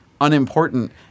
unimportant